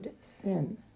sin